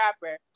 rapper